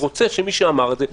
ורוצה שמי שאמר את זה,